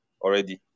already